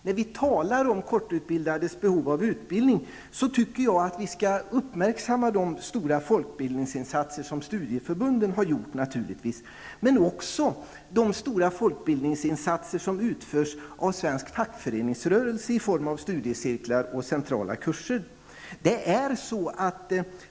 När vi talar om kortutbildades behov av utbildning skall vi uppmärksamma de stora folkbildningsinsatser som studieförbunden har gjort, men också de stora folkbildningsinsatser som utförs av svensk fackföreningsrörelse i form av studiecirklar och centrala kurser.